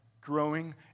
growing